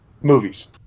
Movies